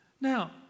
Now